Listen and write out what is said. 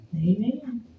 Amen